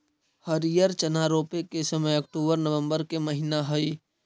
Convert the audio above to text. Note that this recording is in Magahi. हरिअर चना रोपे के समय अक्टूबर नवंबर के महीना हइ